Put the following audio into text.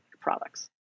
products